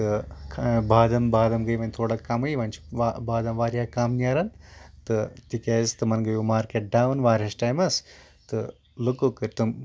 بادم بادم گٔیے وۄنۍ تھوڑا کَمے وۄنۍ چھِ بادم واریاہ کَم نیران تہٕ تِکیازِ تِمن گٔیو مرکیٚٹ ڈوُن واریاہس ٹایمَس تہٕ لُکو کٔرۍ تِم